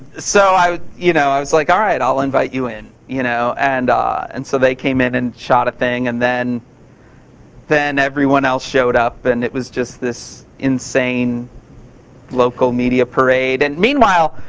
so i you know i was like, all right. i'll invite you in. you know and and so, they came in and shot a thing. and then then everyone else showed up and it was just this insane local media parade. and meanwhile,